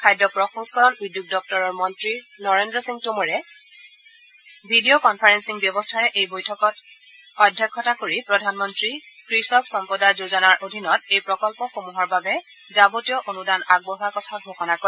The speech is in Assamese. খাদ্য প্ৰ সংস্কৰণ উদ্যোগ দপ্তৰৰ মন্ত্ৰী নৰেন্দ্ৰ সিং টোমৰে ভিডিঅ' কনফাৰেলিং ব্যৱস্থাৰে এই ব্যঠকত অধ্যক্ষতা কৰি প্ৰধানমন্ত্ৰী কৃষক সম্পদা যোজনাৰ অধীনত এই প্ৰকল্পসমূহৰ বাবে যাৱতীয় অনুদান আগবঢ়োৱাৰ কথা ঘোষণা কৰে